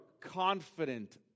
confident